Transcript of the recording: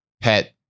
pet